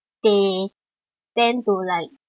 they tend to like just